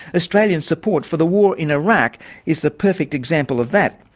australian support for the war in iraq is the perfect example of that.